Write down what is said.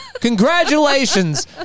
Congratulations